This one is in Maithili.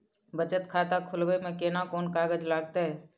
बचत खाता खोलबै में केना कोन कागज लागतै?